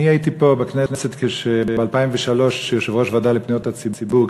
אני הייתי פה בכנסת ב-2003 יושב-ראש הוועדה לפניות הציבור,